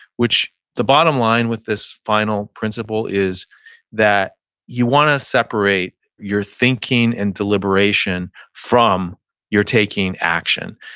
which the bottom line with this final principle is that you want to separate your thinking and deliberation from your taking action.